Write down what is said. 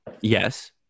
Yes